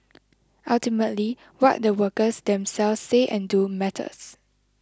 ultimately what the workers themselves say and do matters